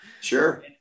Sure